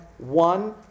One